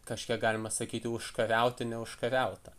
kažkiek galima sakyti užkariauti neužkariautą